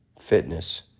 fitness